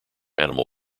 animal